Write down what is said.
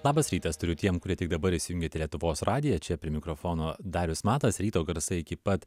labas rytas tariu tiem kurie tik dabar įsijungėte lietuvos radiją čia prie mikrofono darius matas ryto garsai iki pat